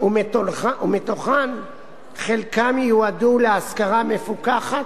ומתוכן חלקן ייועדו להשכרה מפוקחת,